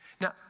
Now